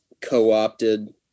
co-opted